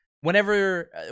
whenever